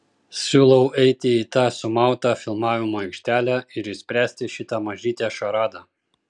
siūlau eiti į tą sumautą filmavimo aikštelę ir išspręsti šitą mažytę šaradą